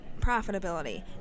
profitability